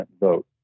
vote